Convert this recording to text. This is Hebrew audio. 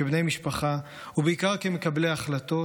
כבני משפחה ובעיקר כמקבלי החלטות,